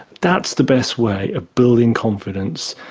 that's the best way of building confidence,